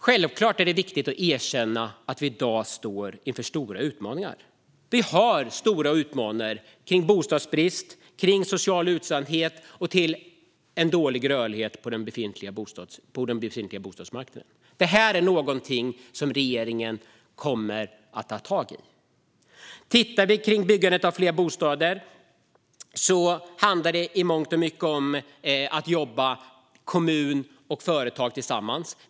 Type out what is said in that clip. Självklart är det viktigt att erkänna att vi i dag står inför stora utmaningar. Vi har stora utmaningar vad gäller bostadsbrist, social utsatthet och en dålig rörlighet på den befintliga bostadsmarknaden. Det är något som regeringen kommer att ta tag i. När det gäller byggandet av fler bostäder handlar det i mångt och mycket om att kommun och företag jobbar tillsammans.